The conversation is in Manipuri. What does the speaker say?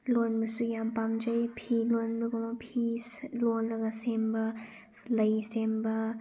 ꯂꯣꯟꯕꯁꯨ ꯌꯥꯝ ꯄꯥꯝꯖꯩ ꯐꯤ ꯂꯣꯟꯕꯒꯨꯝꯕ ꯐꯤ ꯂꯣꯜꯂꯒ ꯁꯦꯝꯕ ꯂꯩ ꯁꯦꯝꯕ